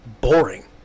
boring